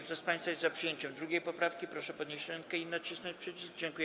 Kto z państwa jest za przyjęciem 2. poprawki, proszę podnieść rękę i nacisnąć przycisk.